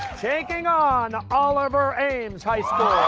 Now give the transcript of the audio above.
taking on oliver ames high school.